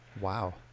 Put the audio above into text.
Wow